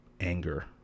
anger